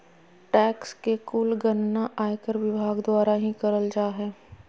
tax के कुल गणना आयकर विभाग द्वारा ही करल जा हय